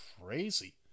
crazy